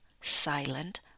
silent